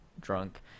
drunk